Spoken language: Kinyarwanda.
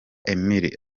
emile